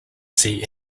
see